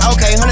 Okay